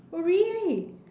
oh really